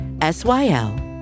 S-Y-L